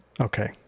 Okay